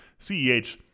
CEH –